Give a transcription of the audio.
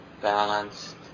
balanced